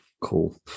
Cool